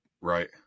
Right